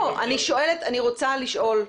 אני רוצה לשאול,